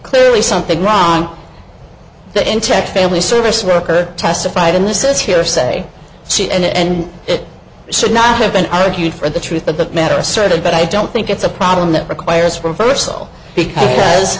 clearly something wrong that in tech family service worker testified in this is hearsay she and it should not have been argued for the truth of the matter asserted but i don't think it's a problem that requires for us all because